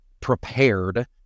prepared